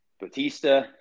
Batista